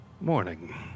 Morning